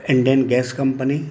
Indian gas company